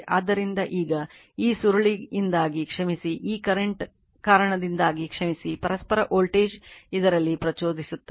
ಆದ್ದರಿಂದ ಈಗ ಈ ಸುರುಳಿಯಿಂದಾಗಿ ಕ್ಷಮಿಸಿ ಈ ಕರೆಂಟ್ ಕಾರಣದಿಂದಾಗಿ ಕ್ಷಮಿಸಿ ಪರಸ್ಪರ ವೋಲ್ಟೇಜ್ ಇದರಲ್ಲಿ ಪ್ರಚೋದಿಸುತ್ತದೆ